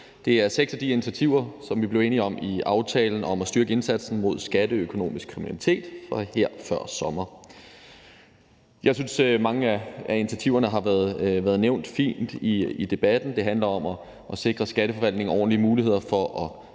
Det er seks af de initiativer, som vi blev enige om i aftalen om at styrke indsatsen mod skatteøkonomisk kriminalitet her før sommer. Jeg synes, at mange af initiativerne har været nævnt fint i debatten. Det handler om at sikre Skatteforvaltningen ordentlige muligheder for at